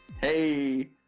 Hey